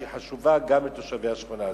שהיא חשובה גם לתושבי השכונה הזאת.